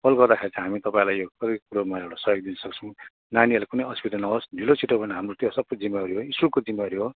call गर्दाखेरि चाहिँ हामी तपाईँलाई यो सबै कुरोमा एउटा सहयोग दिन सक्छौँ नानीहरूलाई कुनै असुविधा नहोस् ढिलो छिटो भयो भने हाम्रो त्यो सबै जिम्मेवारी हो स्कुलको जिम्मेवारी हो